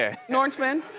ah nortman?